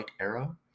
Arrow